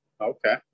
Okay